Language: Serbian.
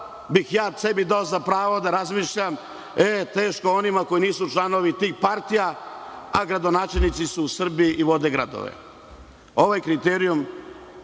bih sebi dao za pravo da razmišljam – e, teško onima koji nisu članovi tih partija, a gradonačelnici su u Srbiji i vode gradove. Ovaj kriterijum,